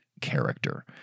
character